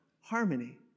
harmony